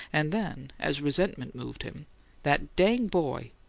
and then, as resentment moved him that dang boy!